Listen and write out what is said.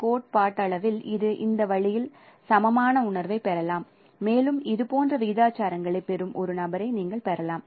கோட்பாட்டளவில் நீங்கள் இந்த வழியில் சமமான உணர்வைப் பெறலாம் மேலும் இது போன்ற விகிதாச்சாரங்களைப் பெறும் ஒரு நபரை நீங்கள் பெறலாம்